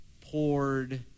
poured